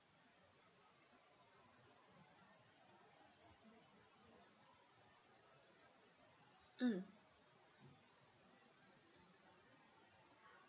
mm